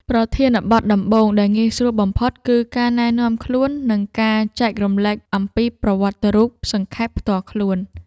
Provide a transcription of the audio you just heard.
ប្រធានបទដំបូងដែលងាយស្រួលបំផុតគឺ ការណែនាំខ្លួន និងការចែករំលែកអំពីប្រវត្តិរូបសង្ខេបផ្ទាល់ខ្លួន។